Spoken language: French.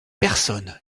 personne